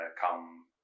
come